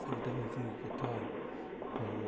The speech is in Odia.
ସେଇଟା ହେଉଛି କଥା ଆଉ